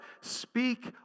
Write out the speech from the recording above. speak